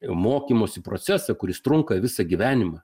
mokymosi procesą kuris trunka visą gyvenimą